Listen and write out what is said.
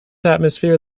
atmosphere